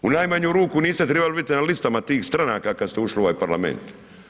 U najmanju ruku, niste trebali biti na listama tih stranaka kad ste ušli u ovaj parlament.